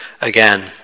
again